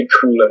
cooler